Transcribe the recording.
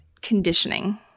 conditioning